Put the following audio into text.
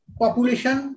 population